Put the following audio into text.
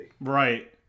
Right